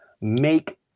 make